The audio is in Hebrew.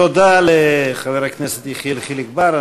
תודה לחבר הכנסת יחיאל חיליק בר.